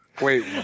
wait